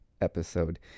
episode